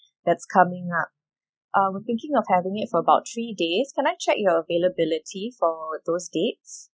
that's coming up uh we're thinking of having it for about three days can I check your availability for those dates